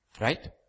Right